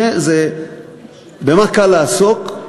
במה קל לעסוק?